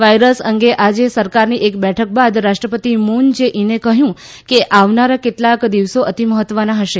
virus અંગે આજે સરકારની એક બેઠક બાદ રાષ્ટ્રપતિ મુન જે ઇને કહ્યું કે આવનારા કેટલાક દિવસો અતિ મહત્વના હશે